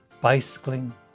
bicycling